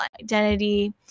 identity